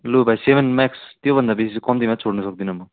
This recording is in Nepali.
लु भाइ सेभेन म्याक्स त्यो भन्दा बेसी कम्तीमा छोड्नु सक्दिनँ म